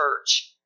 church